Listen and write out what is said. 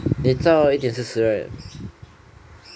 eh 你 zao liao 一点四十 right